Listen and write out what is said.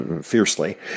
fiercely